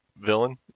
villain